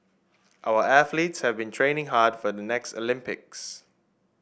our athletes have been training hard for the next Olympics